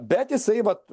bet jisai vat